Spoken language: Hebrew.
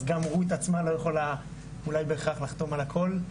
אז גם רות עצמה לא יכולה אולי בהכרח לחתום על הכול.